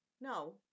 No